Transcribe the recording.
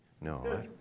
No